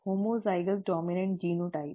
homozygous dominant genotype